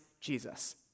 Jesus